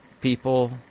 ...people